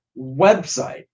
website